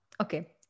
Okay